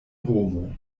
romo